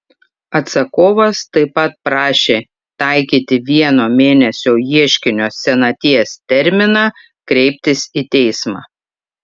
atsakovas taip pat prašė taikyti vieno mėnesio ieškinio senaties terminą kreiptis į teismą